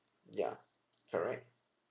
ya correct